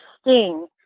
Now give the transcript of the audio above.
sting